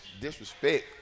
disrespect